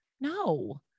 No